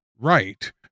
right